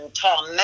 tom